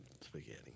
spaghetti